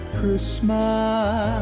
Christmas